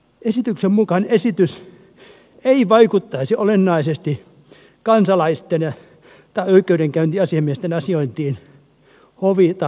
esityksen mukaan se ei vaikuttaisi olennaisesti kansalaisten ja oikeudenkäyntiasiamiesten asiointiin hovi tai hallinto oikeuksissa